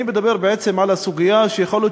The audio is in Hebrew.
אני מדבר בעצם על הסוגיה שיכול להיות